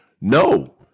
No